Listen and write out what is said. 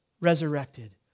resurrected